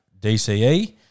DCE